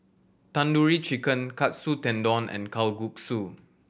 Tandoori Chicken Katsu Tendon and Kalguksu